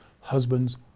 husbands